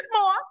more